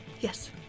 Yes